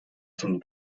zum